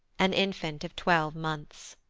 an infant of twelve months.